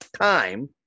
time